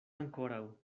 ankoraŭ